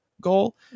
goal